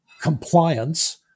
compliance